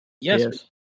Yes